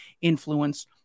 influence